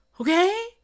okay